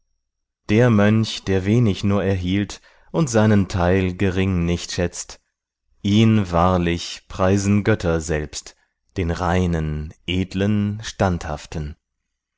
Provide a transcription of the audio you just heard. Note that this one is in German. den mönch der wenig nur erhielt und seinen teil gering nicht schätzt ihn wahrlich preisen götter selbst den reinen edlen standhaften